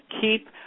keep